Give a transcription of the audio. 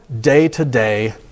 day-to-day